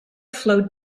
flowed